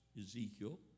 Ezekiel